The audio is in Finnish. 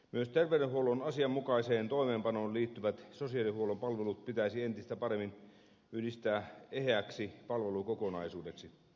myös terveydenhuollon asianmukaiseen toimeenpanoon liittyvät sosiaalihuollon palvelut pitäisi entistä paremmin yhdistää eheäksi palvelukokonaisuudeksi